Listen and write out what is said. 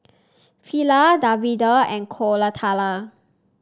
Fali Davinder and Koratala